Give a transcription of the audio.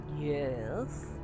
Yes